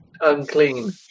unclean